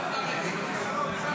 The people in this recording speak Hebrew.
תודה רבה.